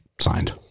signed